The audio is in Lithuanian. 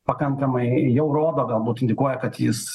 pakankamai jau rodo galbūt indikuoja kad jis